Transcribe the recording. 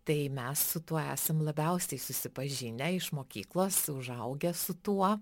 tai mes su tuo esam labiausiai susipažinę iš mokyklos užaugę su tuo